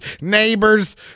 neighbors